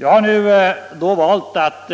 Jag har valt att